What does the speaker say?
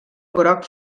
gros